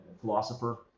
philosopher